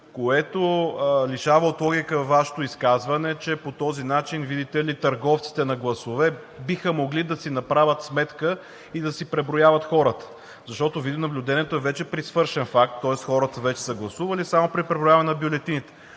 което лишава от логика Вашето изказване, че по този начин, видите ли, търговците на гласове биха могли да си направят сметка и да си преброяват хората. Защото видеонаблюдението е вече при свършен факт, тоест хората вече са гласували, само при преброяване на бюлетините.